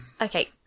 okay